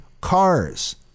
cars